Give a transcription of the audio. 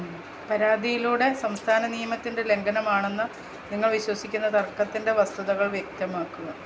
പരാതിയിലൂടെ സംസ്ഥാന നിയമത്തിൻ്റെ ലംഘനമാണെന്ന് നിങ്ങൾ വിശ്വസിക്കുന്ന തർക്കത്തിൻ്റെ വസ്തുതകൾ വ്യക്തമാക്കുക